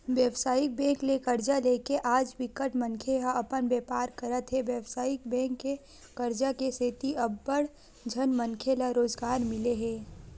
बेवसायिक बेंक ले करजा लेके आज बिकट मनखे ह अपन बेपार करत हे बेवसायिक बेंक के करजा के सेती अड़बड़ झन मनखे ल रोजगार मिले हे